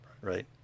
right